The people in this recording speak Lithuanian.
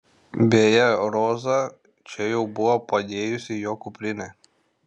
beje roza čia jau buvo padėjusi jo kuprinę